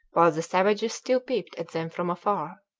while the savages still peeped at them from afar.